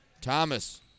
Thomas